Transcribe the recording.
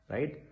Right